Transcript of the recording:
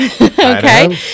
okay